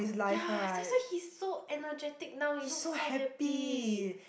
yea that's why he so energetic now he looks so happy